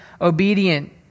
obedient